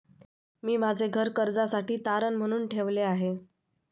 मी माझे घर कर्जासाठी तारण म्हणून ठेवले आहे